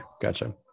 gotcha